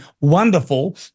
wonderful